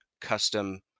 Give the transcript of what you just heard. custom